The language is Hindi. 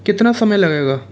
कितना समय लगेगा